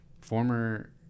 former